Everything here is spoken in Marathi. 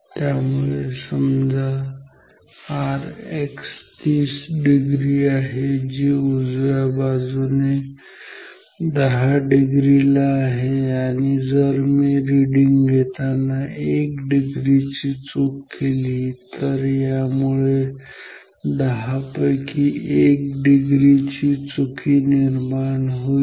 त्यामुळे समजा Rx 30 डिग्री आहे जी उजव्या बाजूने 10 डिग्रीला आहे आणि जर मी रीडिंग घेताना 1 डिग्री ची चूक केली तर याच्या मुळे 10 पैकी 1 डिग्री ची चूक होईल